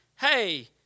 hey